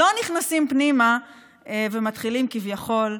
לא נכנסים פנימה ומתחילים, כביכול,